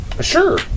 Sure